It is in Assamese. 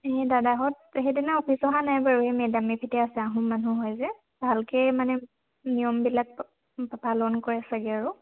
এই দাদাহঁত সেইদিনা অফিচত অহা নাই বাৰু এই মে ডাম মে ফিতে আছে আহোম মানুহ হয় যে ভালকে মানে নিয়মবিলাক পালন কৰে চাগে আৰু